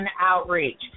Outreach